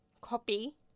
copy